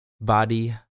body